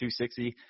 260